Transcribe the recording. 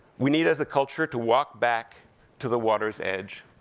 we need as a culture to walk back to the water's edge,